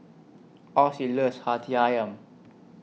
Ossie loves Hati Ayam